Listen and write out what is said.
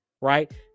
right